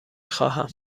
خواهم